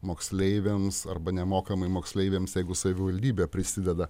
moksleiviams arba nemokamai moksleiviams jeigu savivaldybė prisideda